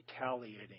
retaliating